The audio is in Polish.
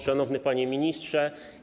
Szanowny Panie Ministrze!